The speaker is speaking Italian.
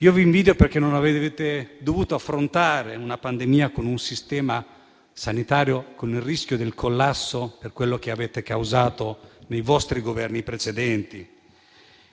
Io li invidio perché non hanno dovuto affrontare una pandemia con un Sistema sanitario che ha rischiato il collasso per quello che hanno causato i loro Governi precedenti.